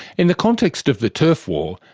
in the context of the turf war,